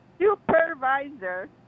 supervisor